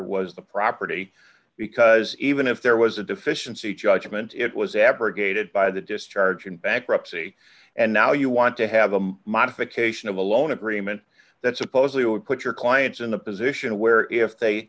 was the property because even if there was a deficiency judgment it was abrogated by the discharge in bankruptcy and now you want to have a modification of a loan agreement that supposedly would put your clients in a position where if they